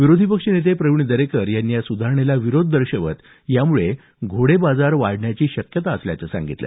विरोधी पक्षनेते प्रवीण दरेकर यांनी या सुधारणेला विरोध दर्शवत यामुळे घोडेबाजार वाढण्याची शक्यता असल्याचं सांगितलं